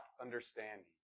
understanding